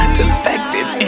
defective